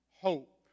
hope